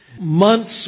months